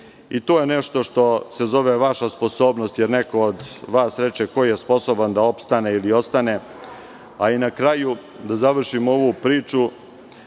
To je nešto što se zove vaša sposobnost, jer neko od vas reče da ko je sposoban da opstane ili ostane. Na kraju, da završim ovu priču